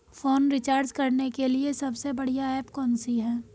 Phone recharge करने के लिए सबसे बढ़िया ऐप कौन सी है?